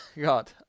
God